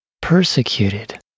persecuted